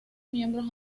miembros